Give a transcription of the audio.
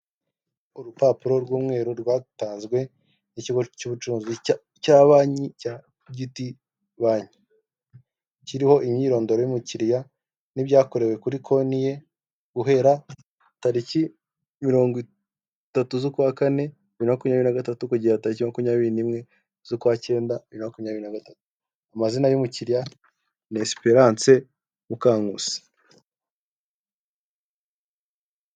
Urupapuro rw'umweru rwatanzwe nikigo cy'ubucuruzi cya banki cya Giti banki kiriho imyirondoro y'umukiriya n'ibyakorewe kuri konti ye guhera tariki mirongo itatu z'ukwa kane bibiri na makumyabiri na gatatu, igihe itariki makumyabiri n'imwe z'ukwa kenda bibiri na makumyabiri na gatatu, amazina y'umukiriya ni Esperance Mukankusi.